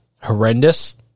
horrendous